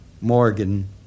Morgan